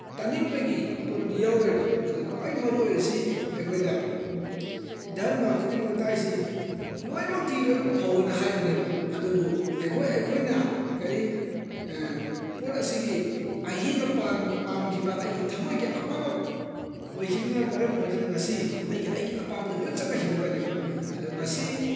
ꯇꯥꯅꯤꯡꯕꯒꯤ ꯇꯣꯟ ꯑꯗꯨ ꯌꯥꯎꯔꯣꯏꯕ ꯑꯗꯨꯅ ꯈ꯭ꯋꯥꯏ ꯃꯔꯨꯑꯣꯏꯔꯤꯁꯤ ꯑꯩꯈꯣꯏꯗ ꯙꯔꯃ ꯈꯨꯗꯤꯡꯃꯛꯅ ꯇꯥꯛꯏꯁꯤ ꯂꯣꯏꯃꯛꯇꯤ ꯂꯣꯏꯃꯛ ꯐꯧꯑꯣꯅ ꯍꯥꯏꯕꯅꯦꯕ ꯑꯗꯨꯕꯨ ꯑꯩꯈꯣꯏ ꯑꯩꯈꯣꯏꯅ ꯀꯔꯤ ꯄꯣꯠ ꯑꯁꯤꯒꯤ ꯑꯍꯦꯟꯕ ꯄꯥꯝꯈꯤꯕ ꯑꯩꯒꯤ ꯊꯃꯣꯏꯒꯤ ꯑꯄꯥꯝꯕ ꯑꯣꯏꯒꯤꯝꯅ ꯃꯔꯝ ꯑꯣꯏꯗꯨꯅ ꯉꯁꯤ ꯑꯩꯒꯤ ꯑꯩꯒꯤ ꯑꯄꯥꯝꯕꯗ ꯂꯣꯏ ꯆꯠꯅꯈꯤꯕꯒꯤ ꯋꯥꯅꯦꯕ ꯑꯗꯨ ꯉꯁꯤ